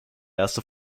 erste